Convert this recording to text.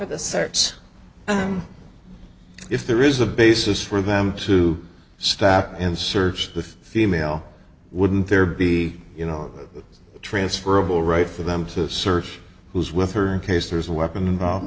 search if there is a basis for them to stop and search the female wouldn't there be you know transferrable right for them to search who's with her in case there is a weapon